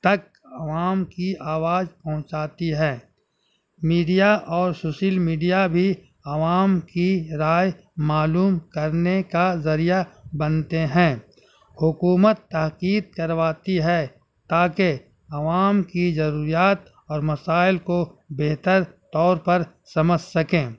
تک عوام کی آواز پہنچاتی ہیں میڈیا اور سوشل میڈیا بھی عوام کی رائے معلوم کرنے کا ذریعہ بنتے ہیں حکومت تحقیق کرواتی ہے تاکہ عوام کی ضروریات اور مسائل کو بہتر طور پر سمجھ سکیں